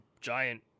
giant